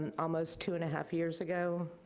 and almost two and a half years ago,